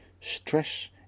stress